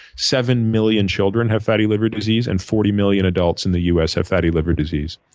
seven million children have fatty liver disease, and forty million adults in the us have fatty liver disease.